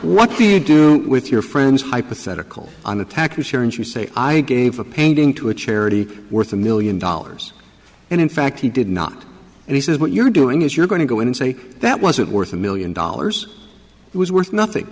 what do you do with your friends hypothetical on attack you share and you say i gave a painting to a charity worth a million dollars and in fact he did not and he says what you're doing is you're going to go in and say that wasn't worth a million dollars it was worth nothing